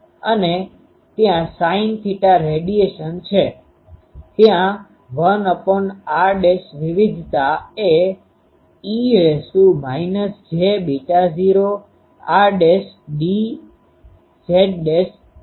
અને ત્યાં sinθ radiation છે ત્યાં 1r વિવિધતા એ e j૦rdz છે